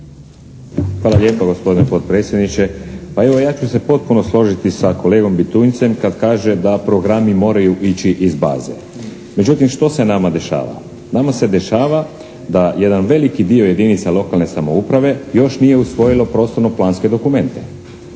Hvala lijepo gospodine podpredsjedniče. Pa evo ja ću se potpuno složiti sa kolegom Bitunjcem kad kaže da programi moraju ići iz baze. Međutim što se nama dešava? Nama se dešava da jedan veliki dio jedinica lokalne samouprave još nije usvojilo prostorno-planske dokumente